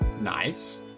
Nice